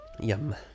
Yum